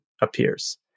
appears